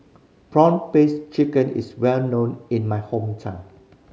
prawn paste chicken is well known in my hometown